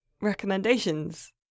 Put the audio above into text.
recommendations